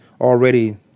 already